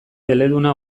eleduna